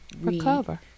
recover